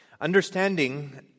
understanding